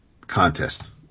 contest